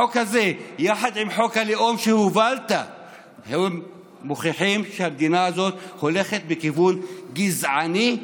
החוק הזה וחוק הלאום שהובלת מוכיחים שהמדינה הזאת הולכת בכיוון גזעני,